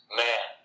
man